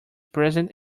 present